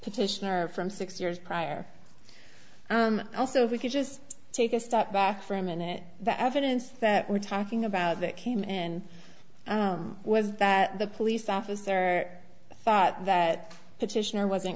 petitioner from six years prior also if we could just take a step back for a minute the evidence that we're talking about that came in was that the police officer thought that petitioner was